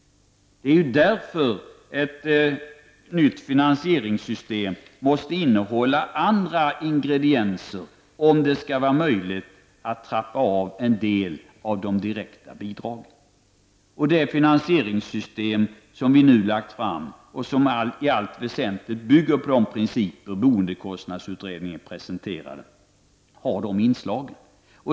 Ett nytt finansieringssystem måste därför innehålla andra ingredienser om det skall vara möjligt att trappa ned en del av de direkta bidragen. Det finansieringssystem som vi nu har lagt fram och som i allt väsentligt bygger på de principer som boendekostnadsutredningen presenterade har de inslagen.